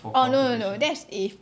orh no no no that's if